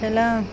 ചില